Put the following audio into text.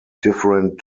different